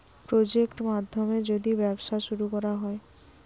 project মাধ্যমে যদি ব্যবসা শুরু করা হয়